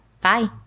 Bye